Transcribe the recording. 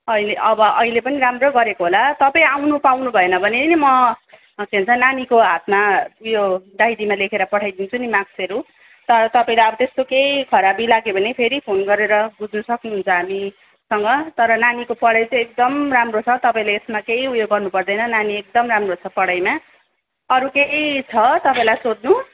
अहिले अब अहिले पनि राम्रो गरेको होला तपाईँ आउनु पाउनुभएन भने पनि म सानो सानो नानीको हातमा उयो डायरीमा लेखेर पठाइदिन्छु नि मार्क्सहरू तर तपाईँलाई त्यस्तो केही खराबी लाग्यो भने फेरि फोन गरेर बुझ्न सक्नुहुन्छ हामीसँग तर नानीको पढाइ चाहिँ एकदम राम्रो छ तपाईँले यसमा चाहिँ उयो गर्नुपर्दैन नानी एकदम राम्रो छ पढाइमा अरू केही छ तपाईँलाई सोध्नु